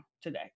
today